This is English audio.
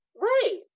Right